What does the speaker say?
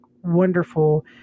wonderful